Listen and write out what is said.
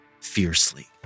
fiercely